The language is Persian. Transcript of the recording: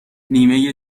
نیمه